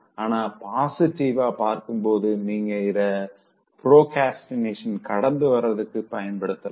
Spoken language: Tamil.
ஆனா பாசிட்டிவா பார்க்கும்போது நீங்க இத ப்ரோக்ரஸ்டினேஷன கடந்து வர்றதுக்கு பயன்படுத்தலாம்